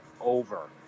over